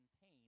pain